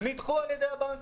נדחו על-ידי הבנקים.